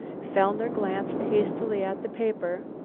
fellner glanced hastily at the paper.